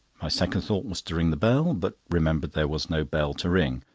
my second thought was to ring the bell, but remembered there was no bell to ring.